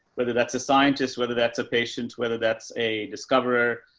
whether that's a scientist, whether that's a patient, whether that's a discover, ah,